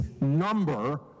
number